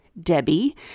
Debbie